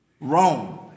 Rome